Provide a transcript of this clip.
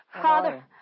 Father